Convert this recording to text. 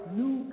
new